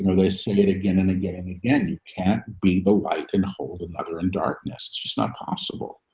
you know they say it again and again. again, you can't be the right and hold and other in darkness. it's just not possible.